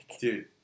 dude